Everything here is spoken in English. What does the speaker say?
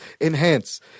enhance